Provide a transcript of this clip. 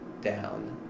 down